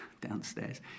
downstairs